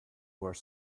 were